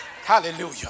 Hallelujah